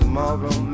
Tomorrow